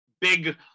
big